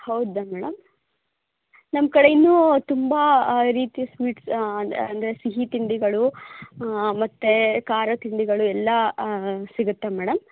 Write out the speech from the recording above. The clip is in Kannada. ಹೌದಾ ಮೇಡಮ್ ನಮ್ಮ ಕಡೆ ಇನ್ನೂ ತುಂಬ ರೀತಿಯ ಸ್ವೀಟ್ಸ್ ಅಂದರೆ ಸಿಹಿತಿಂಡಿಗಳು ಮತ್ತು ಖಾರ ತಿಂಡಿಗಳು ಎಲ್ಲ ಸಿಗುತ್ತೆ ಮೇಡಮ್